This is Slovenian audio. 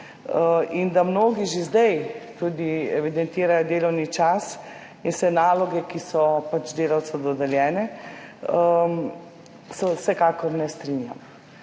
in da mnogi že zdaj evidentirajo delovni čas in vse naloge, ki so pač delavcu dodeljene, vsekakor ne strinjam.